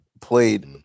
played